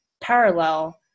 parallel